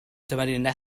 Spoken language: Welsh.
dydy